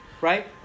right